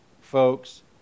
folks